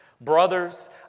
Brothers